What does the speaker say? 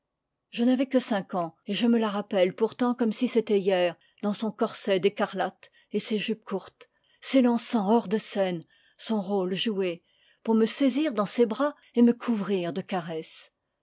je n'avais que cinq ans et je me la rappelle pourtant comme si c'était hier dans son corset d'écarlate et ses jupes courtes s élançant hors de scène son rôle joué pour me saisir dans ses bras et me couvrir de caresses